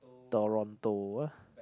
Toronto ah